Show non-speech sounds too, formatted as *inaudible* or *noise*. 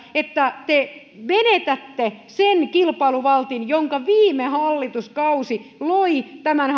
että te menetätte sen kilpailuvaltin jonka viime hallituskausi loi tämän *unintelligible*